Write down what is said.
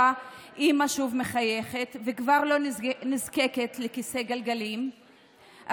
אימא שוב מחייכת וכבר לא נזקקת לכיסא גלגלים.